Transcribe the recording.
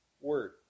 word